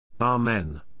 Amen